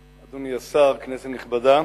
כבוד היושב-ראש, אדוני השר, כנסת נכבדה,